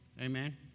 Amen